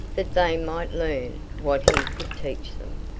that they might learn what he could teach them.